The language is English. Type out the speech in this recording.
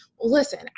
listen